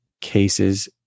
cases